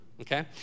okay